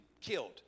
killed